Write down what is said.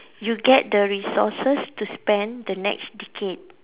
you get the resources to spend the next decade